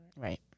Right